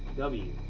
w.